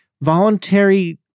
voluntary